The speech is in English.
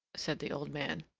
said the old man.